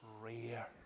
rare